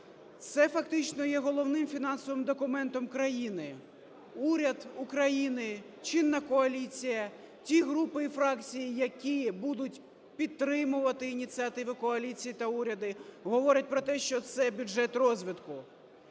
Це фактично є головним фінансовим документом країни. Уряд України, чинна коаліція, ті групи і фракції, які будуть підтримувати ініціативи коаліції та уряду, говорять про те, що бюджет розвитку.